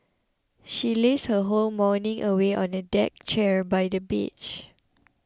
she lazed her whole morning away on a deck chair by the beach